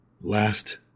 Last